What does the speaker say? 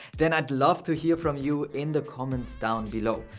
then i'd love to hear from you in the comments down below.